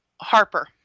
Harper